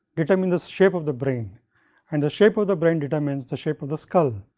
the i mean the so shape of the brain and the shape of the brain determines the shape of the skull.